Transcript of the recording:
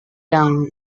yang